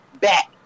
back